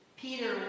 Peter